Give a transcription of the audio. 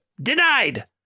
Denied